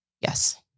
Yes